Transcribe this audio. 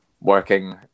working